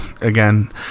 again